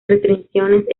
restricciones